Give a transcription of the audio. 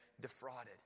defrauded